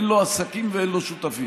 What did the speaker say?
אין לו עסקים ואין לו שותפים,